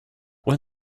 when